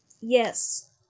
Yes